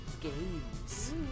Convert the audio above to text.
games